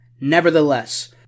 Nevertheless